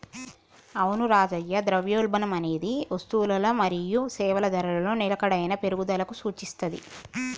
అవును రాజయ్య ద్రవ్యోల్బణం అనేది వస్తువులల మరియు సేవల ధరలలో నిలకడైన పెరుగుదలకు సూచిత్తది